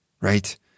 right